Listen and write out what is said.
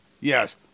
Yes